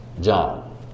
John